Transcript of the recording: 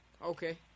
okay